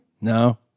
No